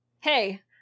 hey